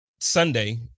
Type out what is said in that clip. Sunday